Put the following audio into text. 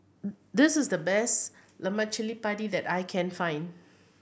this is the best lemak cili padi that I can find